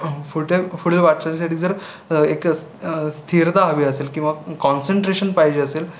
पुढे पुढील वाटचालीसाठी जर एक स्थिरता हवी असेल किंवा कॉन्संट्रेशन पाहिजे असेल